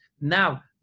Now